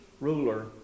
ruler